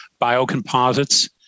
biocomposites